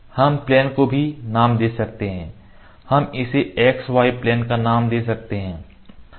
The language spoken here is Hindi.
हम प्लेन को भी नाम दे सकते हैं हम इसे x y प्लेन का नाम दे सकते हैं